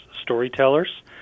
storytellers